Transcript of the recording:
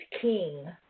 king